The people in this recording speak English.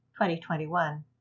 2021